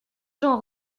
gens